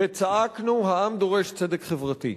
וצעקנו: העם דורש צדק חברתי.